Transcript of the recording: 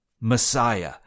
Messiah